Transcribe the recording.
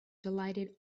delighted